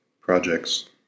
projects